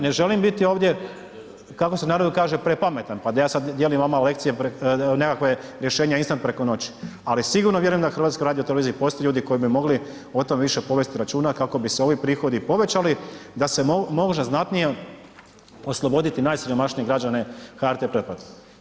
Ne želim, ne želim biti ovdje kako se u narodu kaže prepametan pa da ja sad dijelim vama lekcije nekakve, rješenja instant preko noći, ali sigurno vjerujem da HRT-u postoje ljudi koji bi mogli o tome više povesti računa kako bi se ovi prihodi povećali da se može znatnije osloboditi najsiromašnije građane HRT pretplate.